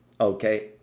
okay